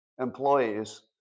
employees